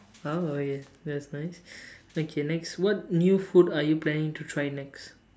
oh ya that's nice okay next what new food are you planning to try next